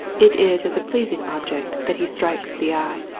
it is as a pleas ing object that he strikes the eye.